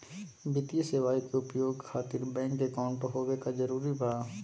वित्तीय सेवाएं के उपयोग खातिर बैंक अकाउंट होबे का जरूरी बा?